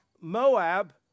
Moab